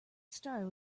started